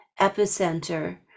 epicenter